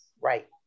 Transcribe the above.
right